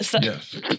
Yes